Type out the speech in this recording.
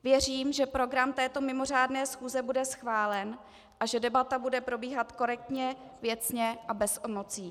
Věřím, že program této mimořádné schůze bude schválen a že debata bude probíhat korektně, věcně a bez emocí.